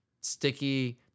sticky